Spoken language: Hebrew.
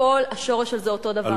הכול, השורש הזה אותו דבר.